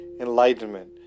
enlightenment